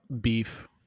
beef